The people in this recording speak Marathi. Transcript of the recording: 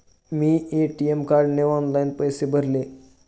मी ए.टी.एम कार्डने ऑनलाइन पैसे भरले